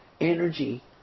energy